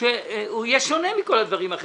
שהוא יהיה שונה מכל הדברים האחרים.